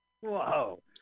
Whoa